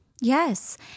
Yes